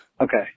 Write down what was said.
Okay